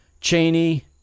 Cheney